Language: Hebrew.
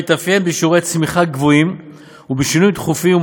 המתאפיין בשיעורי צמיחה גבוהים ובשינויים תכופים,